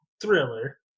thriller